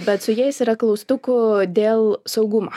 bet su jais yra klaustukų dėl saugumo